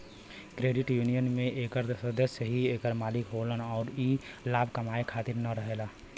credit union में एकर सदस्य ही एकर मालिक होलन अउर ई लाभ कमाए खातिर न रहेला